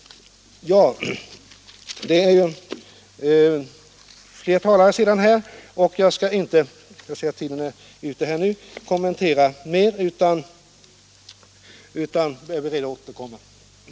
Jag ser nu att min talartid är slut, och flera talare är anmälda. Därför skall jag inte nu göra fler kommentarer utan ber i stället att få återkomma senare.